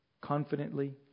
confidently